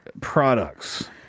products